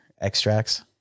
extracts